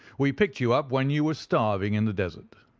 we picked you up when you were starving in the desert,